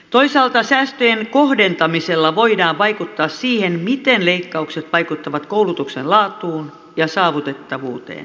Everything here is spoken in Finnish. toisaalta säästöjen kohdentamisella voidaan vaikuttaa siihen miten leikkaukset vaikuttavat koulutuksen laatuun ja saavutettavuuteen